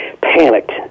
panicked